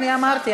אני אמרתי.